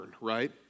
right